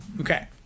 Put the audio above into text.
Okay